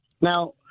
Now